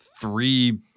three